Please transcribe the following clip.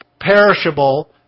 perishable